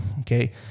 Okay